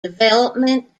development